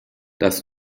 das